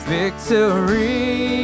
victory